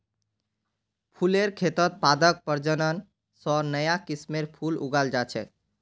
फुलेर खेतत पादप प्रजनन स नया किस्मेर फूल उगाल जा छेक